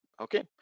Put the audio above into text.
okay